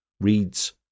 reads